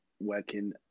working